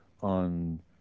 on